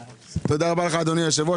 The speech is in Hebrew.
תודה רבה לך אדוני היושב-ראש.